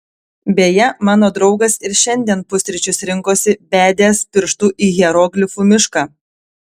beje mano draugas ir šiandien pusryčius rinkosi bedęs pirštu į hieroglifų mišką